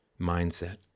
mindset